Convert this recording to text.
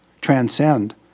transcend